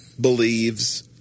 believes